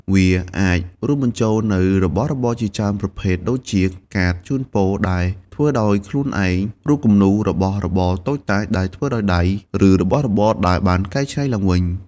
វាអាចរួមបញ្ចូលនូវរបស់របរជាច្រើនប្រភេទដូចជា កាតជូនពរដែលធ្វើដោយខ្លួនឯង រូបគំនូរ របស់របរតូចតាចដែលធ្វើដោយដៃ ឬរបស់របរដែលបានកែច្នៃឡើងវិញ។